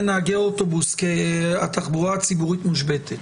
נהגי אוטובוס כי התחבורה הציבורית מושבתת.